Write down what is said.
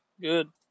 good